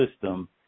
system